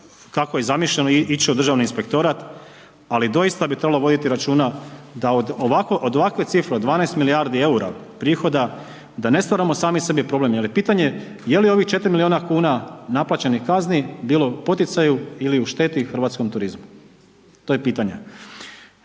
kako je zamišljeno ići u Državni inspektorat, ali doista bi trebalo voditi računa da od ovakve cifre od 12 milijardi EUR-a prihoda da ne stvaramo sami sebi problem, jer je pitanje je li ovih 4 milijuna kuna naplaćenih kazni bilo u poticaju ili u šteti hrvatskom turizmu. To je pitanje.